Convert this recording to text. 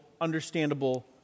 understandable